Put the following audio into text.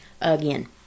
again